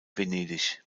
venedig